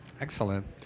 Excellent